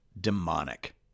demonic